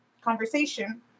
conversation